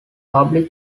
public